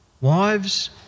Wives